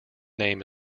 name